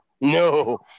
No